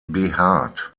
behaart